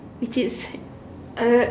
which is uh